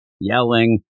yelling